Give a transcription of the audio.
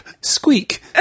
Squeak